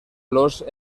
los